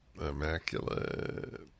Immaculate